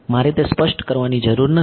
મારે તે સ્પષ્ટ કરવાની જરૂર નથી